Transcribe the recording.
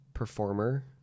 performer